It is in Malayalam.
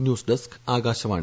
news desk Akashvani